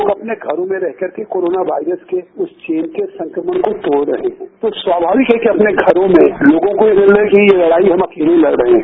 लोग अपने घरों में रहकर कोरोना वायरस के संक्रमण की इस चेन को तोड़ रहे हैं तो स्वाभाविक है अपने घरों में लोगों को यह लग रहा है कि ये लड़ाई हम अकेले लड़ रहे है